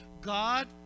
God